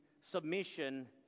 submission